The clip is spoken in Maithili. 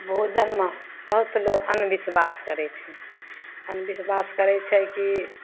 भोजनमे बहुत लोग अन्धबिश्वास करैत छै अन्धबिश्वास करैत छै कि